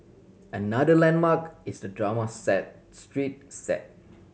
another landmark is the drama set street set